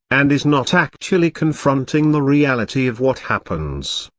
and is not actually confronting the reality of what happens.